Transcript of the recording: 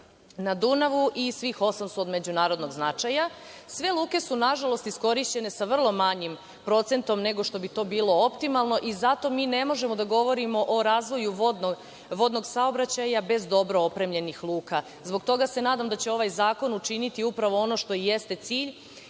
na Dunavu i svih osam su od međunarodnog značaja. Sve luke su nažalost iskorišćene sa vrlo manjim procentom nego što bi to bilo optimalno i zato ne možemo da govorimo o razvoju vodnog saobraćaja bez dobro opremljenih luka. Zbog toga se nadam da će ovaj zakon učiniti upravo ono što i jeste cilj